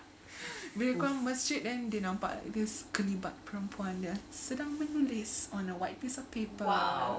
bila keluar masjid then dia nampak this kelibat perempuan yang sedang menulis on a white piece of paper